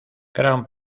gran